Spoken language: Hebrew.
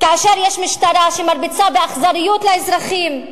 כאשר יש משטרה שמרביצה באכזריות לאזרחים,